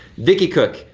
vicky cook,